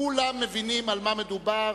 כולם מבינים על מה מדובר,